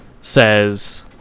says